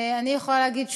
אני יכולה להגיד,